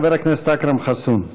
חבר הכנסת אכרם חסון.